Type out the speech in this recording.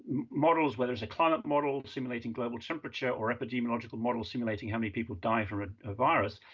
models, whether it's a climate model simulating global temperature, or epidemiological models simulating how many people die from a virus,